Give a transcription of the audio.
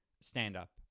stand-up